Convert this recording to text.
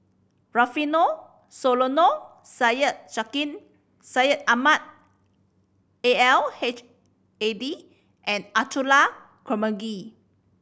Rufino Soliano Syed Sheikh Syed Ahmad A L H Hadi and Abdullah Karmugi